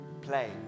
Play